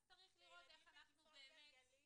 אז צריך לראות איך אנחנו באמת --- יפעת,